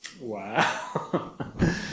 Wow